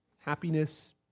happiness